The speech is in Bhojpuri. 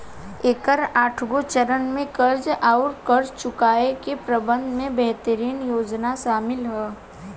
एकर आठगो चरन में कर्ज आउर कर्ज चुकाए के प्रबंधन के बेहतरीन योजना सामिल ह